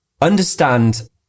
Understand